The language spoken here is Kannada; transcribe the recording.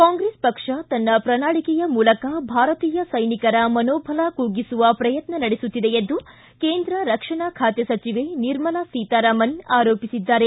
ಕಾಂಗ್ರೆಸ್ ಪಕ್ಷ ತನ್ನ ಪ್ರಣಾಳಕೆಯ ಮೂಲಕ ಭಾರತೀಯ ಸೈನಿಕರ ಮನೋಭಲ ಕುಗ್ಗಿಸುವ ಶ್ರಯತ್ನ ನಡೆಸುತ್ತಿದೆ ಎಂದು ಕೇಂದ್ರ ರಕ್ಷಣಾ ಖಾತೆ ಸಚಿವ ನಿರ್ಮಲಾ ಸೀತಾರಾಮನ್ ಆರೋಪಿಸಿದ್ದಾರೆ